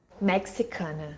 Mexicana